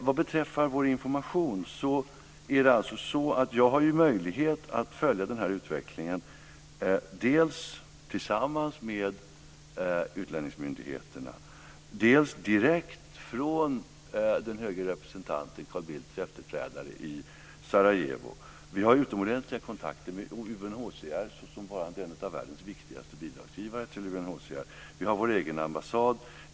Vad beträffar vår information har jag alltså möjlighet att följa utvecklingen dels tillsammans med utlänningsmyndigheterna, dels få besked direkt från den höge representanten, Carl Bildts efterträdare, i Sarajevo. Vi har utomordentliga kontakter med UNHCR såsom varande en av världens viktigaste bidragsgivare till UNHCR. Vi har vår egen ambassad.